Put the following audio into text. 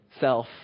self